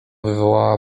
wywołała